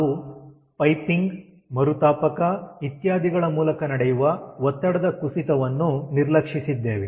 ನಾವು ಪೈಪಿಂಗ್ ಮರುತಾಪಕ ಇತ್ಯಾದಿಗಳ ಮೂಲಕ ನಡೆಯುವ ಒತ್ತಡದ ಕುಸಿತವನ್ನು ನಿರ್ಲಕ್ಷಿಸಿದ್ದೇವೆ